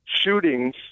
shootings